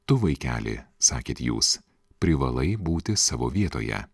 tu vaikeli sakėt jūs privalai būti savo vietoje